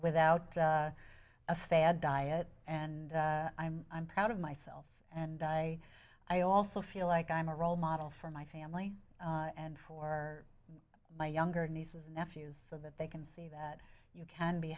without a fad diet and i'm i'm proud of myself and i i also feel like i'm a role model for my family and for my younger nieces and nephews so they can see that you can be